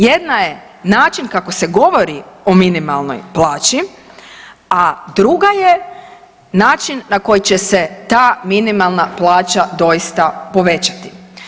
Jedna je način kako se govori o minimalnoj plaći, a druga je način na koji će se ta minimalna plaća doista povećati.